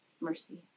mercy